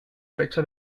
fecha